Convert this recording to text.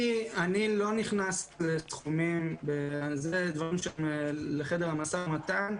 אני לא נכנס לזה, אלה דברים לחדר המשא ומתן.